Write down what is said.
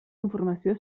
informació